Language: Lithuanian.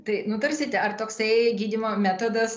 tai nutarsite ar toksai gydymo metodas